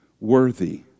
worthy